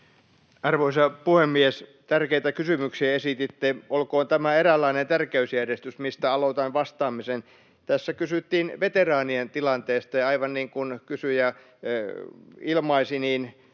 Arvoisa puhemies! Tärkeitä kysymyksiä esititte. Olkoon tämä eräänlainen tärkeysjärjestys, mistä aloitan vastaamisen. Tässä kysyttiin veteraanien tilanteesta, ja aivan niin kuin kysyjä ilmaisi, johtuen